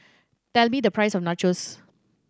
tell me the price of Nachos